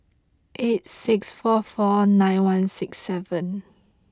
eight six four four nine one six seven